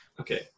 Okay